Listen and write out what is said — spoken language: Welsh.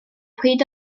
pryd